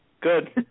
Good